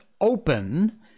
open